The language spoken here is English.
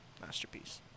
Masterpiece